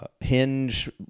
hinge